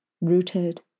rooted